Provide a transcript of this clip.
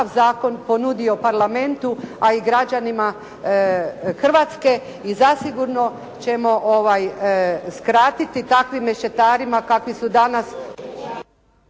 zakon ponudio parlamentu, a i građanima Hrvatske i zasigurno ćemo skratiti takvim mešetarima kakvi su danas